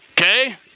Okay